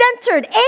centered